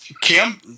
Kim